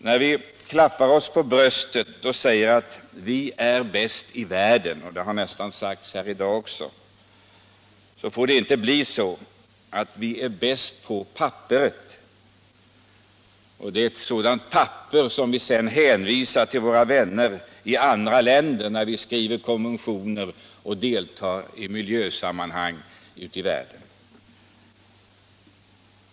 När vi slår oss för bröstet och säger att vi är bäst i världen — det har nästan sagts här i dag också — får det inte bli så att vi bara är bäst på papperet, och att vi sedan hänvisar ett sådant papper till våra vänner i andra länder när vi skriver konventioner och deltar i miljösammanhang ute i världen.